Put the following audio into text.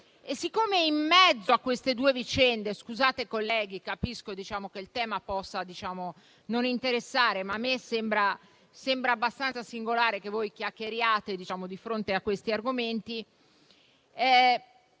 macchinario. (Brusio). Scusate, colleghi, capisco che il tema possa non interessare, ma a me sembra abbastanza singolare che voi chiacchieriate di fronte a questi argomenti.